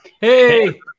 Hey